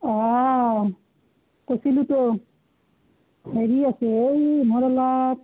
অঁ কৰিছিলোঁতো হেৰি আছে এই মোৰ অলপ